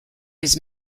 his